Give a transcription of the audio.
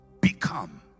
become